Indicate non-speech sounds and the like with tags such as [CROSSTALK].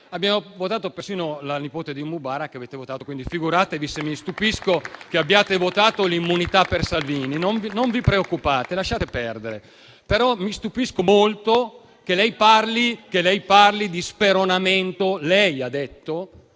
avete votato persino sulla nipote di Mubarak, [APPLAUSE] quindi figuratevi se mi stupisco che abbiate votato l'immunità per Salvini. Non vi preoccupate, lasciate perdere. Mi stupisco molto, però, che lei parli di speronamento - lo ha detto